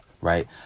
right